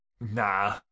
Nah